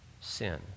sin